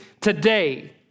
today